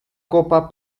copa